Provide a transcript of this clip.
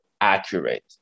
accurate